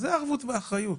זאת ערבות ואחריות.